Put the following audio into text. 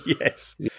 yes